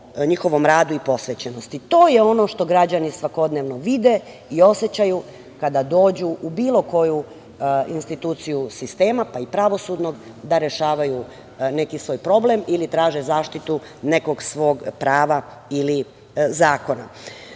njihovom radu i posvećenosti i to je ono što građani svakodnevno vide i osećaju kada dođu u bilo koju instituciju sistema, pa i pravosudnog, da rešavaju neki svoj problem ili traže zaštitu nekog svog prava ili zakona. Dakle,